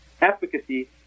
efficacy